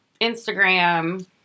Instagram